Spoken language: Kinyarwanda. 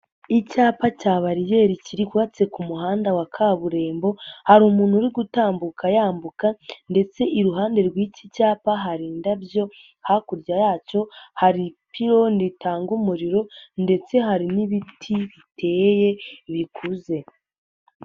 Icyapa cya bariyeri cyubatse ku muhanda wa kaburimbo hari umuntu uri gutambuka yambuka ndetse iruhande rw'iki cyapa hari indabyo hakurya yacyo hari ipironi ritanga umuriro ndetse hari n'ibiti biteye bikuze.